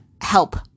help